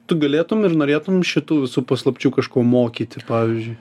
tu galėtum ir norėtum šitų visų paslapčių kažko mokyti pavyzdžiui